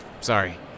Sorry